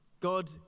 God